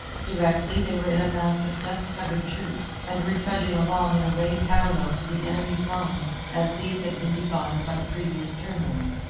directly they were in a mass of dust-covered troops, and were trudging along in a way parallel to the enemy's lines as these had been defined by the previous turmoil.